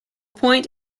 point